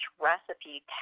recipe